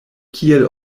kiel